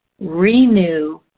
renew